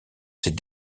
ses